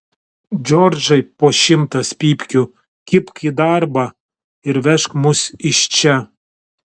džordžai po šimtas pypkių kibk į darbą ir vežk mus iš čia